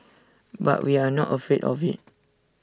but we are not afraid of IT